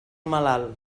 malalt